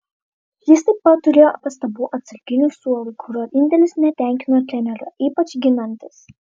jis taip pat turėjo pastabų atsarginių suolui kurio indėlis netenkino trenerio ypač ginantis